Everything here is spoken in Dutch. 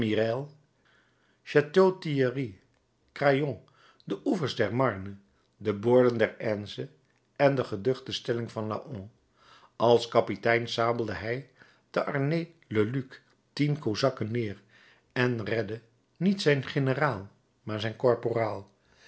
craon de oevers der marne de boorden der aisne en de geduchte stelling van laon als kapitein sabelde hij te arnay le duc tien kozakken neer en redde niet zijn generaal maar zijn korporaal